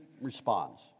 responds